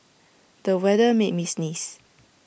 the weather made me sneeze